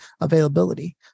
availability